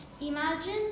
imagine